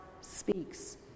speaks